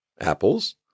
apples